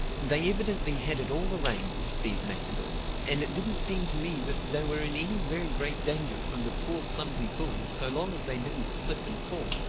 they evidently had it all arranged, these matadors and it didn't seem to me that they were in any very great danger from the poor clumsy bull so long as they didn't slip and fall.